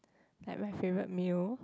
like my favorite meal